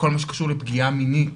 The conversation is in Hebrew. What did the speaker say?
בכל מה שקשור לפגיעה מינית,